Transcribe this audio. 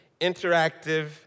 interactive